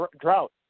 drought